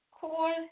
cool